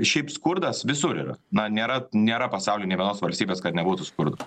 šiaip skurdas visur yra na nėra nėra pasauly nė vienos valstybės kad nebūtų skurdo